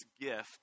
gift